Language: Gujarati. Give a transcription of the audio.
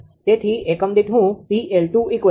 તેથી એકમ દીઠ હું 𝑃𝐿2 0